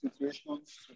situations